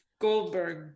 Goldberg